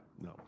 No